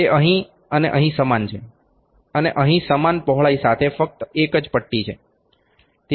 તે અહીં અને અહીં સમાન છે અને અહીં સમાન પહોળાઈ સાથે ફક્ત એક જ પટ્ટી છે